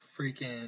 freaking